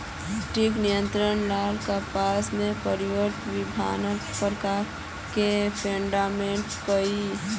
कीट नियंत्रण ला कपास में प्रयुक्त विभिन्न प्रकार के फेरोमोनटैप होई?